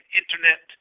internet